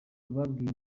babwiye